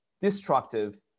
destructive